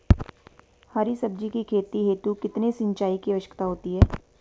हरी सब्जी की खेती हेतु कितने सिंचाई की आवश्यकता होती है?